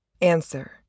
Answer